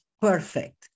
perfect